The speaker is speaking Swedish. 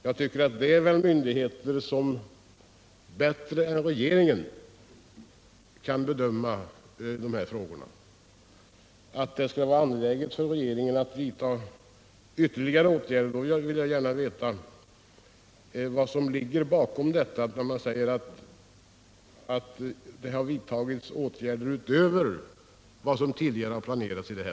Det är väl myndigheter som bättre än regeringen kan bedöma de här frågorna. Jag vill gärna veta vad som ligger bakom bostadsministerns uttalande i svaret att i det här fallet har ”vidtagits åtgärder utöver vad som tidigare planerats”.